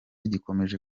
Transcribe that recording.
gikomeje